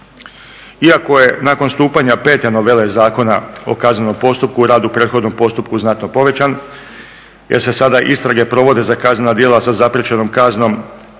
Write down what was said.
Iako je nakon stupanja pete novele Zakona o kaznenom postupku rad u prethodnom postupku znatno povećan jer se sada istrage provode za kaznena djela sa zapriječenom kaznom